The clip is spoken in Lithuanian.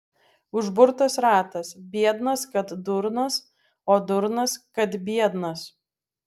užburtas ratas biednas kad durnas o durnas kad biednas